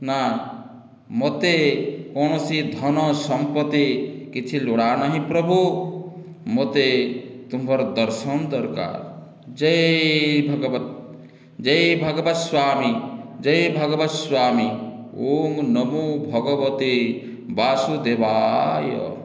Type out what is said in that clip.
ନା ମୋତେ କୌଣସି ଧନ ସମ୍ପତି କିଛି ଲୋଡ଼ା ନାହିଁ ପ୍ରଭୁ ମୋତେ ତୁମ୍ଭର ଦର୍ଶନ ଦରକାର ଜୟ ଭଗବତ ଜୟ ଭାଗବତ ସ୍ଵାମୀ ଜୟ ଭାଗବତ ସ୍ଵାମୀ ଓଁ ନମୋ ଭଗବତେ ବାସୁଦେବାୟ